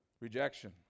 Rejection